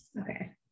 okay